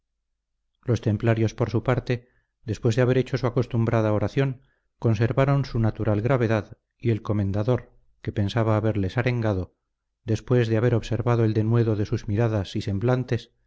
los templarios por su parte después de haber hecho su acostumbrada oración conservaron su natural gravedad y el comendador que pensaba haberles arengado después de haber observado el denuedo de sus miradas y semblantes